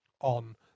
on